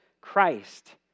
Christ